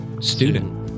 student